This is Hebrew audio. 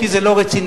כי זה לא רציני.